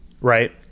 right